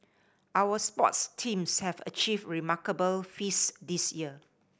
our sports teams have achieved remarkable feats this year